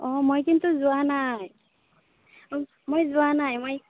অঁ মই কিন্তু যোৱা নাই অঁ মই যোৱা নাই মই